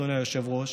אדוני היושב-ראש,